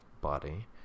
body